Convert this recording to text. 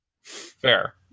Fair